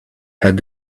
had